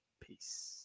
Peace